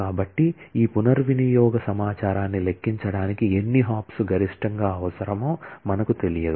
కాబట్టి ఈ పునర్వినియోగ సమాచారాన్ని లెక్కించడానికి ఎన్ని హాప్స్ గరిష్టంగా అవసరమో మనకు తెలియదు